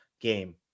game